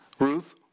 Ruth